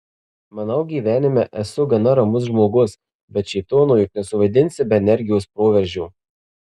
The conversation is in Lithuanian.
manau gyvenime esu gana ramus žmogus bet šėtono juk nesuvaidinsi be energijos proveržio